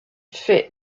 fait